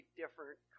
different